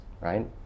right